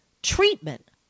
Treatment